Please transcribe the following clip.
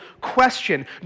question